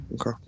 okay